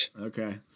Okay